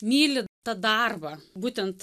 myli tą darbą būtent